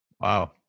Wow